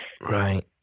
right